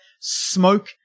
smoke